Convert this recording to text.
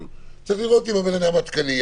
צריך לראות אם הבן אדם עדכני,